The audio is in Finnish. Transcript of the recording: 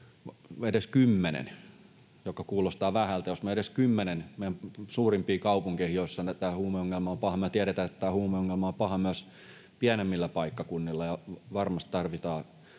edes kymmenen — joka kuulostaa vähältä — meidän suurimpiin kaupunkeihin, joissa tämä huumeongelma on paha, vaikka me tiedetään, että huumeongelma on paha myös pienemmillä paikkakunnilla ja varmasti tarvitaan